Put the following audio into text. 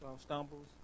stumbles